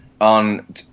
on